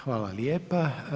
Hvala lijepa.